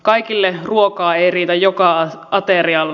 kaikille ruokaa ei riitä joka aterialle